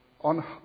on